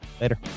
Later